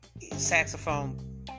saxophone